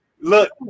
look